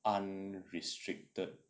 unrestricted